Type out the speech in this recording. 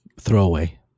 Throwaway